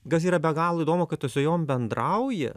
kas yra be galo įdomu kad tu su juom bendrauji